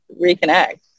reconnect